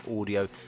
audio